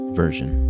version